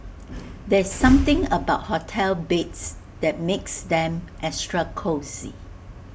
there's something about hotel beds that makes them extra cosy